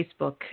facebook